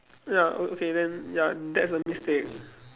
ya okay then ya that's a mistake